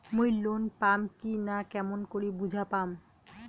মুই লোন পাম কি না কেমন করি বুঝা পাম?